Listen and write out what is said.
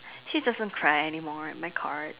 please just don't cry anymore at my card